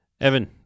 Evan